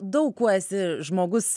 daug kuo esi žmogus